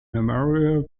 memorial